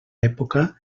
època